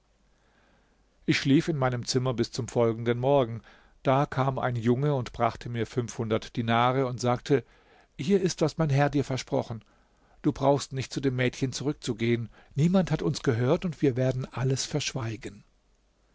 ich schlief in meinem zimmer bis zum folgenden morgen da kam ein junge und brachte mir fünfhundert dinare und sagte hier ist was mein herr dir versprochen du brauchst nicht zu dem mädchen zurückzugehen niemand hat uns gehört und wir werden alles verschweigen